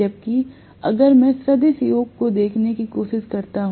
जबकि अगर मैं सदिश योग को देखने की कोशिश करता हूं